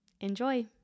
Enjoy